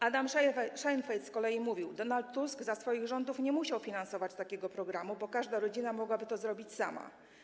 Adam Szejnfeld z kolei mówił: Donald Tusk za swoich rządów nie musiał finansować takiego programu, bo każda rodzina mogłaby to zrobić sama.